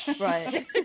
right